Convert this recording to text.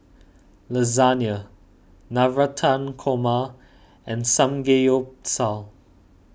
Lasagna Navratan Korma and Samgeyopsal